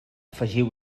afegiu